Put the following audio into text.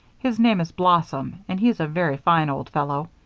his name is blossom and he's a very fine old fellow.